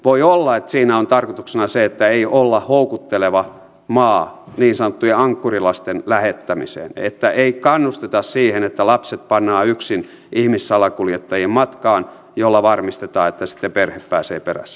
voi olla että siinä on tarkoituksena se että ei olla houkutteleva maa niin sanottujen ankkurilasten lähettämiseen että ei kannusteta siihen että lapset pannaan yksin ihmissalakuljettajien matkaan millä varmistetaan että sitten perhe pääsee perässä